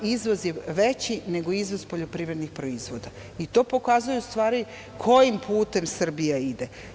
Izvoz je veći nego izvoz poljoprivrednih proizvoda i to pokazuje u stvari kojim putem Srbija ide.